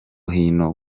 hino